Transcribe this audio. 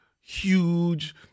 huge